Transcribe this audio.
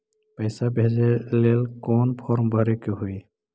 पैसा भेजे लेल कौन फार्म भरे के होई?